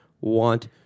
want